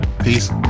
Peace